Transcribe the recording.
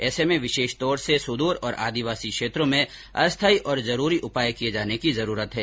ऐसे में विशेष तौर से सुदूर और आदिवासी क्षेत्रों में अस्थायी और जरूरी उपाय किए जाने की जरूरत है